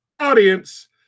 audience